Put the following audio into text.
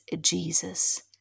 Jesus